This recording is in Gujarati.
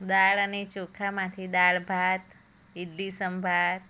દાળ અને ચોખામાંથી દાળ ભાત ઈડલી સંભાર